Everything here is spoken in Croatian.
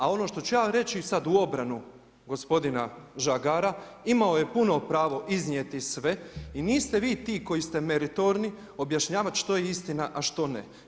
A ono što ću ja reći sad u obranu gospodina Žagara imao je puno pravo iznijeti sve i niste vi ti koji ste meritorni objašnjavat što je istina, a što ne.